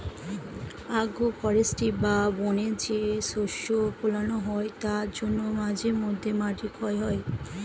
agro forestry বা বনে যে শস্য ফোলানো হয় তার জন্য মাঝে মধ্যে মাটি ক্ষয় হয়